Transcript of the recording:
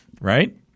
right